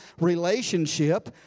relationship